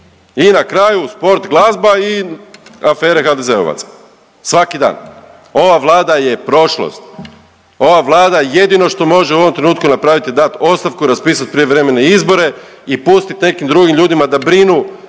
i na kraju sport, glazba i afere HDZ-ovaca svaki dan. Ova vlada je prošlost, ova vlada jedino što može u ovom trenutku napravit je dat ostavku, raspisat prijevremene izbore i pustit nekim drugim ljudima da brinu